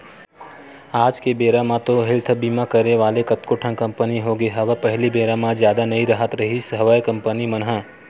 आज के बेरा म तो हेल्थ बीमा करे वाले कतको ठन कंपनी होगे हवय पहिली बेरा म जादा नई राहत रिहिस हवय कंपनी मन ह